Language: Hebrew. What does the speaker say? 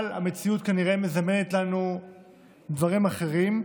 אבל המציאות כנראה מזמנת לנו דברים אחרים,